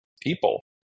people